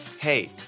hey